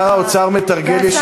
שר האוצר מתרגל, והשר נפתלי בנט.